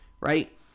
right